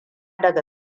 daga